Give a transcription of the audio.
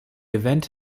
event